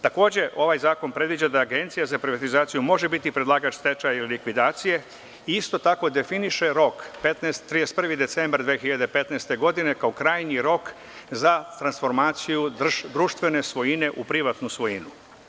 Takođe, ovaj zakon predviđa da Agencija za privatizaciju može biti predlagač stečaja i likvidacije i isto tako definiše rok 31. decembar 2015. godine kao krajnji rok za transformaciju društvene svojine u privatnu svojinu.